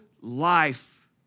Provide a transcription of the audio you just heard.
life